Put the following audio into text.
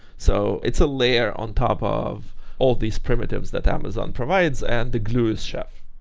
so it's a layer on top of all these primitives that amazon provides and the glue is chef.